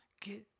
get